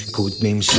Codename